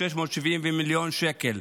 670 מיליון שקל.